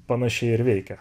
panašiai ir veikia